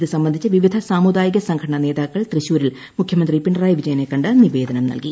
ഇതു സംബന്ധിച്ച് വിവിധ സാമൂദായിക സംഘടന നേതാക്കൾ തൃശ്ശൂരിൽ മുഖ്യമന്ത്രി പിണറായി വിജയനെ കണ്ട് നിവേദനം നൽകി